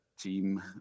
team